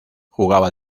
jugaba